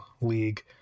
league